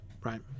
right